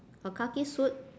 her khaki suit